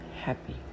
happy